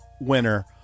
winner